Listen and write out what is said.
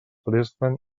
presten